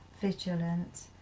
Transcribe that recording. vigilant